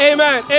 Amen